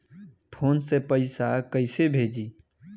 Phone से पैसा कैसे भेजी?